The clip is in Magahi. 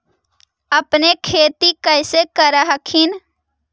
अपने खेती कैसे कर हखिन?